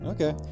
Okay